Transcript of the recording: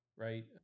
right